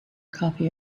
copy